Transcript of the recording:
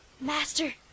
Master